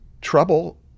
trouble